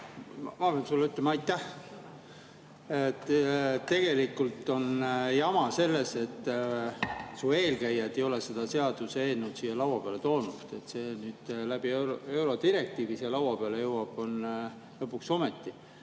Ma pean sulle ütlema aitäh. Tegelikult on jama selles, et su eelkäijad ei ole seda seaduseelnõu siia laua peale toonud. Nüüd jõuab see läbi eurodirektiivi siia laua peale – lõpuks ometi.